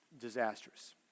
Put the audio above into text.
disastrous